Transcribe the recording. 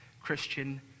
Christian